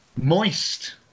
moist